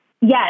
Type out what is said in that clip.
Yes